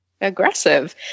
aggressive